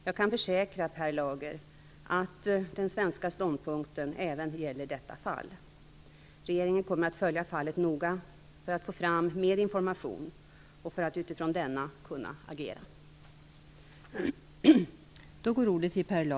Jag kan försäkra Per Lager att den svenska ståndpunkten även gäller detta fall. Regeringen kommer att följa fallet noga för att få fram mer information och för att utifrån denna kunna agera.